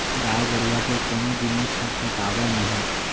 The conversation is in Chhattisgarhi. गाय गरूवा के कोनो जिनिस ह फेकावय नही